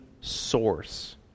source